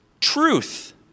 truth